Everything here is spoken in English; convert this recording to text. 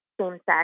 same-sex